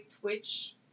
Twitch